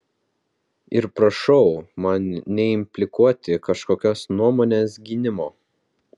ir prašau man neimplikuoti kažkokios nuomonės gynimo